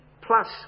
plus